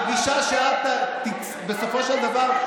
הגישה שאת בסופו של דבר,